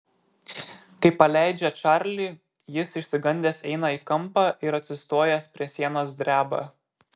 kai paleidžia čarlį jis išsigandęs eina į kampą ir atsistojęs prie sienos dreba